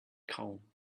calm